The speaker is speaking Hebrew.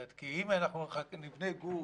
אם נבנה גוף,